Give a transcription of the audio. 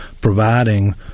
providing